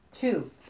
two